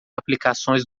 aplicações